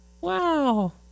Wow